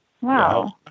Wow